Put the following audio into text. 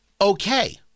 okay